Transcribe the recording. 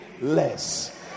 less